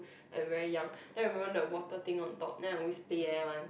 and very young and I remember the water thing on top then I always play that one